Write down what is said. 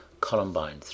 Columbine